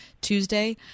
Tuesday